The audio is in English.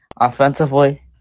Offensively